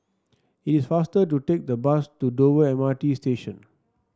it is faster to take the bus to Dover M R T Station